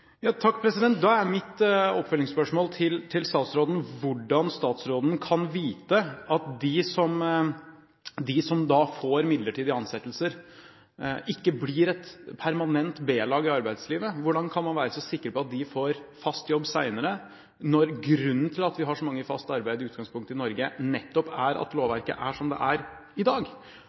statsråden: Hvordan kan statsråden vite at de som da får midlertidige ansettelser, ikke blir et permanent B-lag i arbeidslivet? Hvordan kan man være så sikker på at de får fast jobb senere, når grunnen til at vi har så mange i fast arbeid i Norge i utgangspunktet nettopp er at lovverket er som det er i dag?